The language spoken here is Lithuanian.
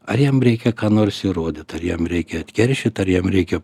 ar jam reikia ką nors įrodyt ar jam reikia atkeršyt ar jam reikia